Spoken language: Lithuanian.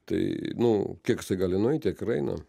tai nu kiek gali nueit tiek ir eina